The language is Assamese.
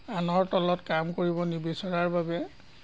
আনৰ তলত কাম কৰিব নিবিচৰাৰ বাবে